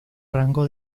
rango